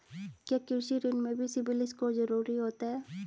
क्या कृषि ऋण में भी सिबिल स्कोर जरूरी होता है?